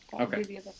Okay